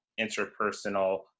interpersonal